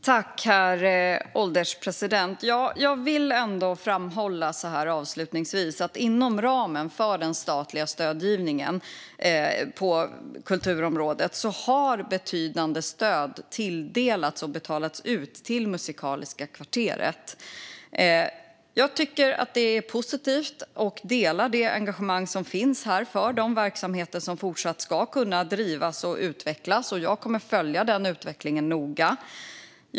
Herr ålderspresident! Jag vill ändå framhålla att inom ramen för den statliga stödgivningen på kulturområdet har betydande stöd tilldelats och betalats ut till Musikaliska kvarteret. Det är positivt, och jag delar det engagemang som finns här för de verksamheter som även i fortsättningen ska drivas och utvecklas. Jag kommer att följa utvecklingen noga.